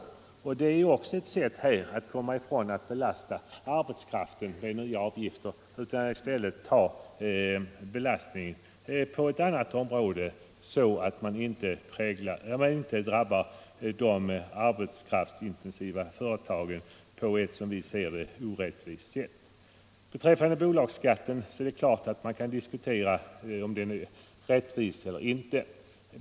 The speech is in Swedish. Det förslaget är också ett försök att undvika att de arbetskraftsintensiva företagen drabbas på ett, som vi ser det, orättvist sätt. Man kan naturligtvis diskutera om bolagsskatten är rättvis eller inte.